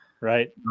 Right